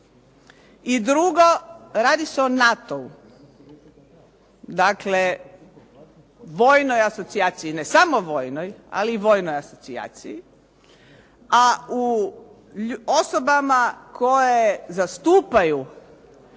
I drugo, radi se o NATO, dakle vojnoj asocijaciji, ne samo vojnoj ali i vojnoj asocijaciji. A u osobama koje zastupaju